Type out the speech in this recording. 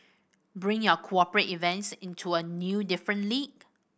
bring your cooperate events into a new different league